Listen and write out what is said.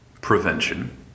prevention